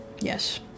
Yes